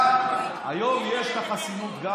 גם היום יש לך חסינות.